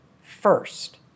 first